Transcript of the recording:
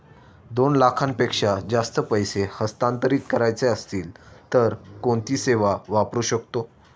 दोन लाखांपेक्षा जास्त पैसे हस्तांतरित करायचे असतील तर कोणती सेवा वापरू शकतो?